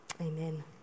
Amen